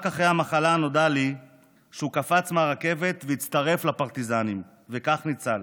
רק אחרי המלחמה נודע לי שהוא קפץ מהרכבת והצטרף לפרטיזנים וכך ניצל.